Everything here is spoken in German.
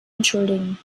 entschuldigen